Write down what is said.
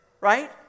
Right